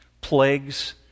plagues